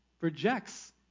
rejects